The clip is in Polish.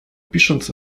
pisząc